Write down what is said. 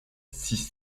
six